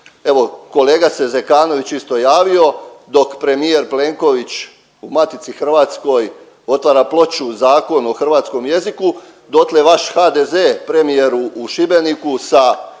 Evo kolega se Zekanović isto javio dok premijer Plenković o Matici hrvatskoj otvara ploču Zakonu o hrvatskom jeziku dotle vaš HDZ premijeru u Šibeniku sa žetonom